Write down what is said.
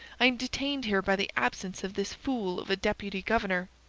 i am detained here by the absence of this fool of a deputy-governor.